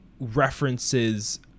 References